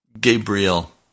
Gabriel